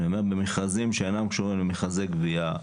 אני אומר, במכרזים שאינם קשורים למכרזי גבייה.